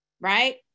Right